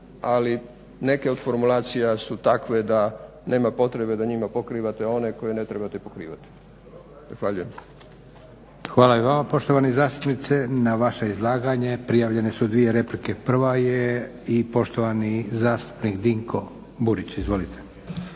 ali neke od formulacija su takve da nema potrebe da njima pokrivate one koje ne trebate pokrivati. Zahvaljujem. **Leko, Josip (SDP)** Hvala i vama poštovani zastupniče. Na vaše izlaganje prijavljene su dvije replike. Prva je i poštovani zastupnik Dinko Burić. Izvolite.